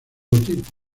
tipo